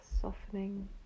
softening